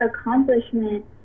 accomplishment